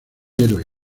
héroe